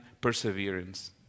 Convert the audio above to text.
perseverance